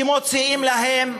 שמוציאים להם,